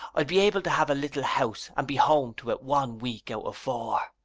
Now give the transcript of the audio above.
i'd be able to have a little house and be home to it wan week out of four.